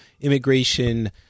immigration